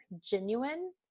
genuine